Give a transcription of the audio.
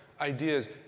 ideas